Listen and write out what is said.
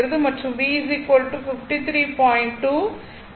மற்றும் V 53